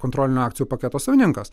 kontrolinio akcijų paketo savininkas